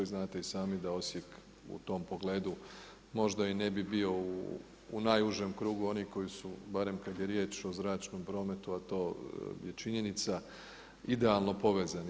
Znate i sami da Osijek u tom pogledu možda i ne bi bio u najužem krugu onih koji su, barem kada je riječ o zračnom prometu a to je činjenica, idealno povezani.